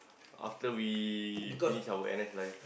after we finished our N_S life